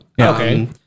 Okay